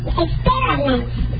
experiments